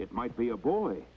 it might be a boy